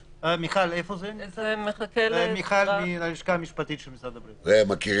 אדוני, זה מחכה לסגירה תקציבית עם האוצר, וברגע